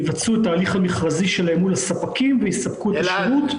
יבצעו את ההליך המכרזי שלהם מול הספקים ויספקו את השירות.